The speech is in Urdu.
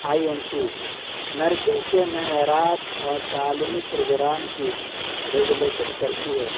آئی این سی نرسنگ کے معیارات اور تعلیمی پروگرام کی ریگولیشن کرتی ہے